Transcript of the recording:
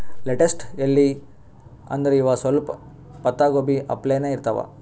lettuce ಎಲಿ ಅಂದ್ರ ಇವ್ ಸ್ವಲ್ಪ್ ಪತ್ತಾಗೋಬಿ ಅಪ್ಲೆನೇ ಇರ್ತವ್